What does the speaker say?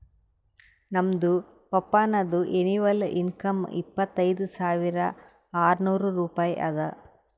ನಮ್ದು ಪಪ್ಪಾನದು annual income ಇಪ್ಪತೈದ್ ಸಾವಿರಾ ಆರ್ನೂರ್ ರೂಪಾಯಿ ಅದಾ